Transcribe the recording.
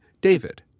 David